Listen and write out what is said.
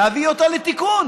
להביא אותה לתיקון.